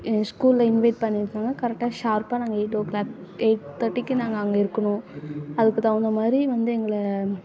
ஏ ஸ்கூலில் இன்வைட் பண்ணியிருக்காங்க கரெக்டாக ஷார்ப்பாக நாங்கள் எயிட் ஓ கிளாக் எயிட் தேர்ட்டிக்கு நாங்கள் அங்கே இருக்கணும் அதுக்கு தகுந்தமாதிரி வந்து எங்களை